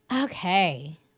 Okay